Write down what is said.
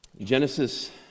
Genesis